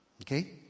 Okay